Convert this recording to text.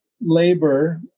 labor